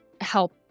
help